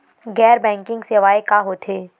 गैर बैंकिंग सेवाएं का होथे?